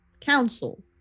council